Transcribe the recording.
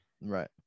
Right